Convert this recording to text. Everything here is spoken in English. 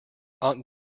aunt